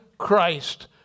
christ